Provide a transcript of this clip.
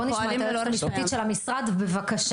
בואו נשמע את היועצת המשפטית של המשרד, בבקשה.